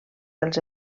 dels